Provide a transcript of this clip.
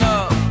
up